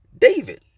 David